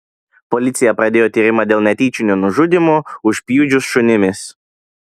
policija pradėjo tyrimą dėl netyčinio nužudymo užpjudžius šunimis